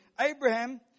Abraham